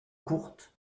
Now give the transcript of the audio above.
courtes